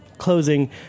closing